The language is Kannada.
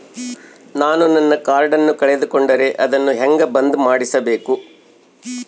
ನಾನು ನನ್ನ ಕಾರ್ಡನ್ನ ಕಳೆದುಕೊಂಡರೆ ಅದನ್ನ ಹೆಂಗ ಬಂದ್ ಮಾಡಿಸಬೇಕು?